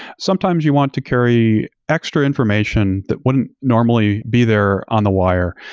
sometimes you want to carry extra information that wouldn't normally be there on the wire.